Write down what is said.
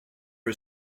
are